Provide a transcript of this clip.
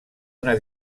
una